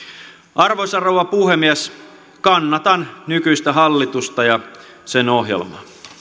arvoisa rouva puhemies kannatan nykyistä hallitusta ja sen ohjelmaa